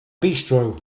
bistro